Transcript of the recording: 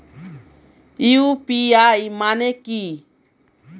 UPI মানে কি?